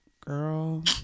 girl